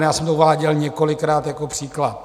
Já jsem to uváděl několikrát jako příklad.